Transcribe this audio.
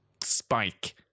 spike